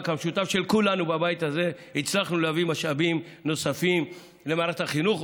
המשותף של כולנו בבית הזה הצלחנו להביא משאבים נוספים למערכת החינוך.